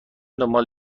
دنبال